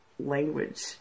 language